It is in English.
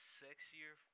sexier